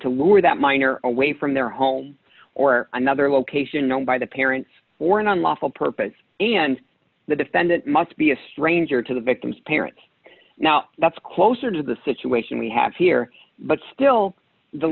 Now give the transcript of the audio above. to lure that minor away from their home or another location owned by the parents or an unlawful purpose and the defendant must be a stranger to the victim's parents now that's closer to the situation we have here but still the